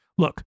Look